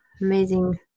amazing